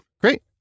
Great